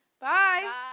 Bye